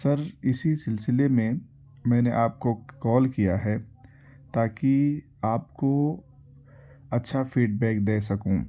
سر اسی سلسلے میں میں نے آپ کو کال کیا ہے تاکہ آپ کو اچھا فیڈ بیک دے سکوں